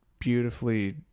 beautifully